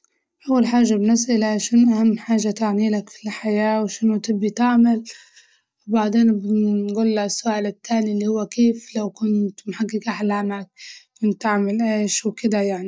أول حاجة بنسأله شنو أهم حاجة تعنيلك في الحياة وشنو تبي تعمل؟ وبعدين بنقوله السؤال التاني اللي هو كيف لو كنت محقق أحلامك كنت تعمل إيش؟ وكدة يعني.